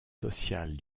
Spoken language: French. sociale